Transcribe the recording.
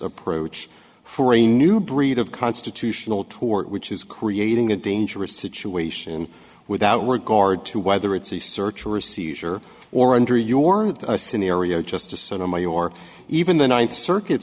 approach for a new breed of constitutional tort which is creating a dangerous situation without regard to whether it's a search or a seizure or under your scenario justice sotomayor even the ninth circuit